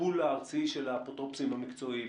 בפול הארצי של האפוטרופוסים המקצועיים?